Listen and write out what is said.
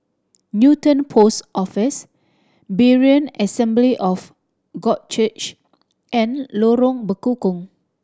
Newton Post Office Berean Assembly of God Church and Lorong Bekukong